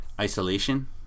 Isolation